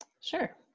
Sure